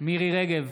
מירי מרים רגב,